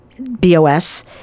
BOS